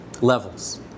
levels